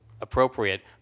appropriate